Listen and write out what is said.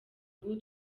ubu